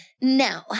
Now